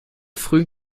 frühen